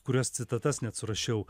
kurias citatas net surašiau